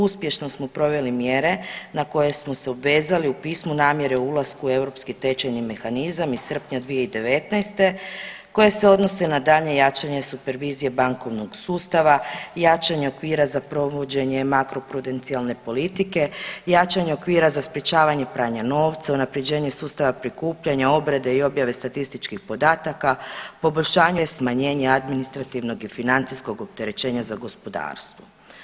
Uspješno smo proveli mjere na koje smo se obvezali u pismu namjere o ulasku u europski tečajni mehanizam iz srpnja 2019. koje se odnose na daljnje jačanje supervizije bankovnog sustava i jačanje okvira za provođenje makroprudencijalne politike, jačanje okvira za sprječavanja pranja novca, unapređenje sustava prikupljanja, obrade i objave statističkih podataka, poboljšanje upravljanja u javnom sektoru te smanjenje administrativnog i financijskog opterećenja za gospodarstvo.